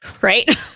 Right